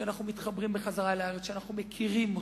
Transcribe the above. שאנחנו מתחברים בחזרה לארץ, שאנחנו מכירים אותה,